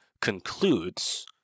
concludes